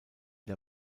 der